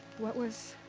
what was.